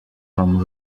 from